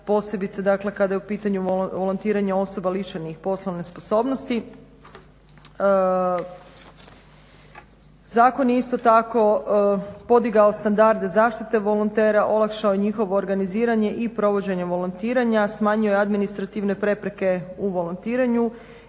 kada je u pitanju volontiranje osoba lišenih poslovne sposobnosti Zakon je isto tako podigao standarde zaštite volontera, olakšao njihovo organiziranje i provođenje volontiranja, smanjuje administrativne prepreke u volontiranju